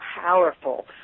powerful